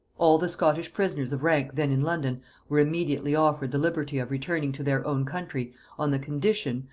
all the scottish prisoners of rank then in london were immediately offered the liberty of returning to their own country on the condition,